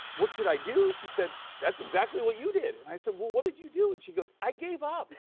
what should i do? she said, that's exactly what you did. and i said, well, what did you do? and she goes, i gave up.